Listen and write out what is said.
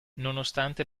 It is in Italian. nonostante